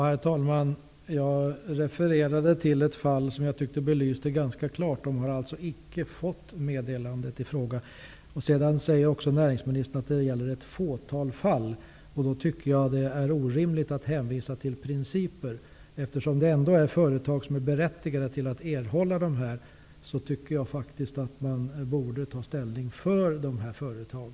Herr talman! Jag refererade till ett fall som jag tyckte ganska klart belyste detta. Företaget har alltså inte fått meddelandet i fråga. Näringsministern säger att det handlar om ett fåtal fall. Då tycker jag att det är orimligt att hänvisa till principer. Eftersom det ändå är fråga om företag som är berättigade till att erhålla dessa aktier, tycker jag faktiskt att man borde ta ställning för dessa företag.